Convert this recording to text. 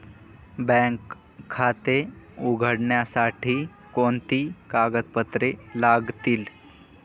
Bank खाते उघडण्यासाठी कोणती कागदपत्रे लागतील?